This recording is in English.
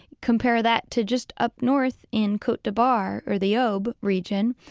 compare that to just up north in cote des bar or the obe region,